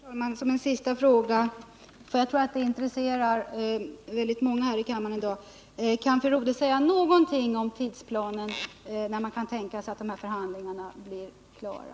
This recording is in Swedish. | Herr talman! Får jag ställa en sista fråga, eftersom jag tror att svaret på den intresserar många i dag: Kan fru Rodhe säga någonting om tidsplanen? När kan man tänka sig att förhandlingarna blir klara?